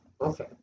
okay